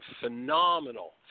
phenomenal